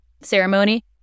ceremony